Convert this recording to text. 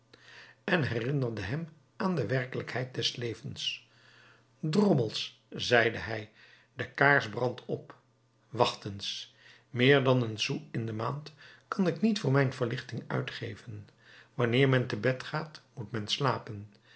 en herinnerde hem aan de werkelijkheid des levens drommels zeide hij de kaars brandt op wacht eens meer dan een sou in de maand kan ik niet voor mijn verlichting uitgeven wanneer men te bed gaat moet men slapen